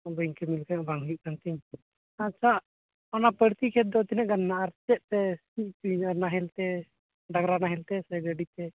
ᱵᱟᱹᱧ ᱠᱟᱹᱢᱤ ᱞᱮᱠᱷᱟᱱ ᱵᱟᱝ ᱦᱩᱭᱩᱜ ᱠᱟᱱᱛᱤᱧ ᱟᱪᱪᱷᱟ ᱚᱱᱟ ᱵᱟᱹᱲᱛᱤ ᱠᱷᱮᱛ ᱫᱚ ᱛᱤᱱᱟᱹᱜ ᱜᱟᱱ ᱦᱮᱱᱟᱜᱼᱟ ᱟᱨ ᱪᱮᱫᱛᱮ ᱥᱤ ᱚᱪᱚᱭᱟᱹᱧ ᱱᱟᱦᱮᱞᱛᱮ ᱰᱟᱝᱜᱽᱨᱟ ᱱᱟᱦᱮᱞᱛᱮ ᱥᱮ ᱜᱟᱹᱰᱤᱛᱮ